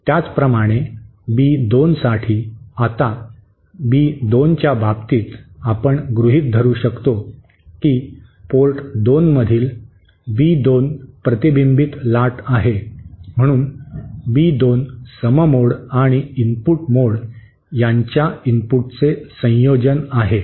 त्याचप्रमाणे बी 2 साठी आता बी 2 च्या बाबतीत आपण गृहित धरू शकतो की पोर्ट 2 मधील बी 2 प्रतिबिंबित लाट आहे म्हणून बी 2 सम मोड आणि इनपुट मोड यांच्या इनपुटचे संयोजन आहे